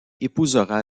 épousera